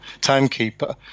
timekeeper